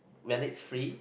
when it's free